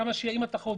עם התחרות,